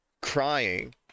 crying